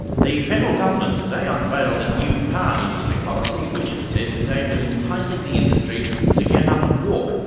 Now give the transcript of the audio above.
the federal government today unveiled a new car industry policy which it says is aimed at enticing the industry to get up and walk,